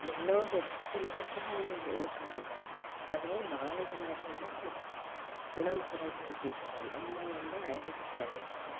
ಎಲ್ಲೋ ಒಬ್ಬರು ಮಾತ್ರ ಅಲ್ಲಿ ಉಳ್ಕೊಂಡಿದ್ದಾರೆ ಆದರೆ ಭಾಳ ಜನ ಅದರಿಂದ ಮುಖ ಗುಣಮುಖರಾಗಿ ಹೋಗಿದ್ದಾರೆ ನಮ್ಮ ಒಂದು ಆಯುರ್ವೇದಿಕ್ ಕಾಲೇಜಲ್ಲಿ